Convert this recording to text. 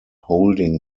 holding